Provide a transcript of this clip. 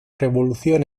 revolución